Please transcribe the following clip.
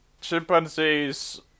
Chimpanzees